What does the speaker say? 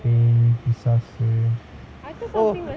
eh பிசாசு:pisasu oh you know you know you know I saw the I saw this live